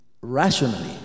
rationally